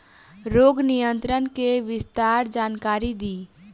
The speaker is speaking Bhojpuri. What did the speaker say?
रोग नियंत्रण के विस्तार जानकारी दी?